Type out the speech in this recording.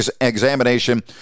examination